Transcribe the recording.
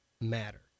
matter